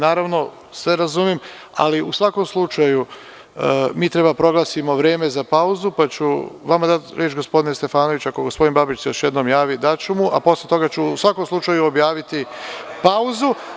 Naravno, sve razumem, ali u svakom slučaju mi treba da proglasimo vreme za pauzu pa ću vama dati reč gospodine Stefanoviću, ako gospodin Babić se još jednom javi, daću mu, a posle toga ću u svakom slučaju objaviti pauzu.